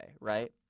right